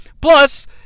Plus